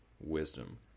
wisdom